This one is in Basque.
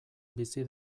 bizi